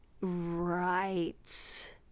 Right